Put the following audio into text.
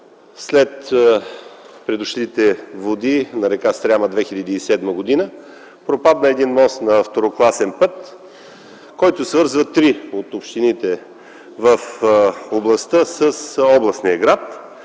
След придошлите води на р. Стряма през 2007 г. пропадна мост на второкласен път, който свързва три от общините в областта с областния град,